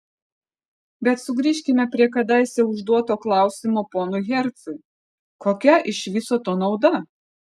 bet sugrįžkime prie kadaise užduoto klausimo ponui hercui kokia iš viso to nauda